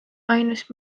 ainus